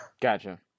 Gotcha